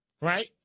Right